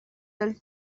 del